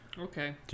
Okay